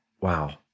wow